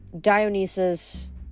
Dionysus